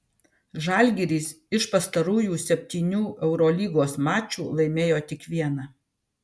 žalgiris iš pastarųjų septynių eurolygos mačų laimėjo tik vieną